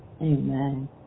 Amen